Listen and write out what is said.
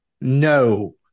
No